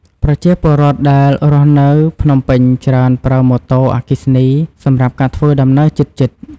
ប្រជាពលរដ្ឋដែលរស់នៅភ្នំពេញច្រើនប្រើម៉ូតូ អគ្គិសនីសម្រាប់ការធ្វើដំណើរជិតៗ។